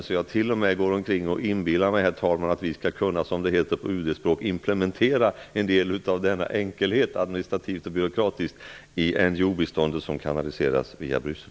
Jag går t.o.m. omkring och inbillar mig, herr talman, att vi skall kunna, som det heter på UD-språk, implementera en del av denna enkelhet administrativt och byråkratiskt i det NGO-bistånd som kanaliseras via Bryssel.